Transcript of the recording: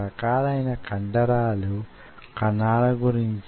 మరియు దీనికి మందం వున్నది